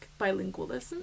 bilingualism